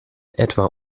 etwa